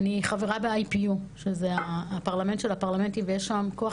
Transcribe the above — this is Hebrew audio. אני חברה ב-ipu שזה הפרלמנט של הפרלמנטים ויש שם כוח